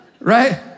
right